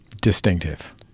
distinctive